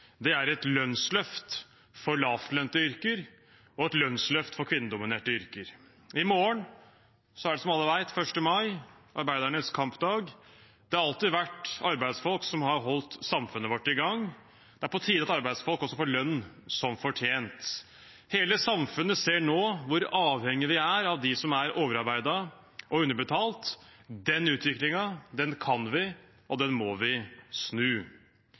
er et lønnsløft for lavtlønnede yrker, og et lønnsløft for kvinnedominerte yrker. I morgen er det, som alle vet, 1. mai, arbeidernes kampdag. Det har alltid vært arbeidsfolk som har holdt samfunnet vårt i gang. Det er på tide at arbeidsfolk også får lønn som fortjent. Hele samfunnet ser nå hvor avhengig vi er av dem som er overarbeidet og underbetalt. Den utviklingen kan vi, og må vi, snu.